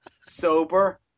sober